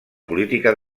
política